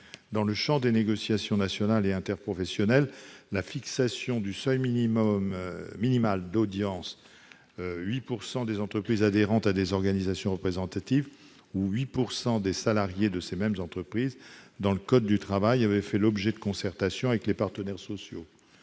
Dans le champ des négociations nationales et interprofessionnelles, la fixation dans le code du travail du seuil minimal d'audience- 8 % des entreprises adhérentes à des organisations représentatives ou 8 % des salariés de ces mêmes entreprises -avait fait l'objet de concertations avec les partenaires sociaux.